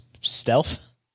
stealth